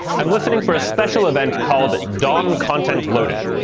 i'm listening for a special event called dom content loaded.